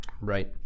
Right